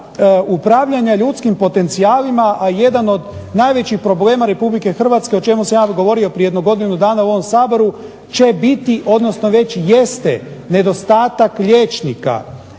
upravljanja ljudskim potencijalima, a jedan od najvećih problema RH o čemu sam ja govorio prije godinu dana u ovom Saboru, već jeste nedostatak liječnika